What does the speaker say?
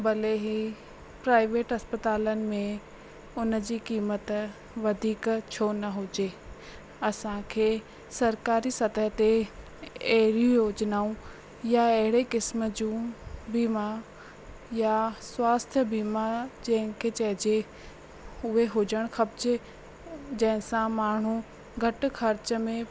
भले ही प्राईविट अस्पतालनि में उनजी क़ीमत वधीक छो न हुजे असांखे सरकारी सतह ते अहिड़ियूं योजनाऊं या अहिड़े किस्मु जूं बीमा यां स्वास्थ्यु बीमा जहिंखे चइजे उहे हुजणु खपिजो जंहिंसां माण्हू घटि ख़र्चु में